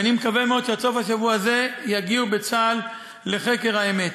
ואני מקווה מאוד שעד סוף השבוע הזה יגיעו בצה"ל לחקר האמת.